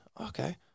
Okay